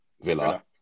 Villa